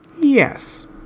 Yes